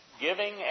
giving